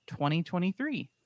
2023